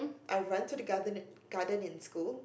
I run to the garden garden in school